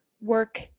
work